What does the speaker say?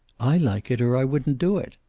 i like it, or i wouldn't do it.